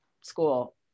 school